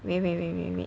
wait wait wait wait wait